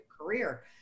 career